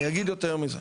אני אגיד יותר מזה,